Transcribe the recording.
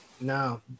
no